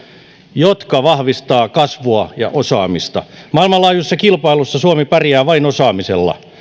jotka vahvistavat kasvua ja osaamista maailmanlaajuisessa kilpailussa suomi pärjää vain osaamisella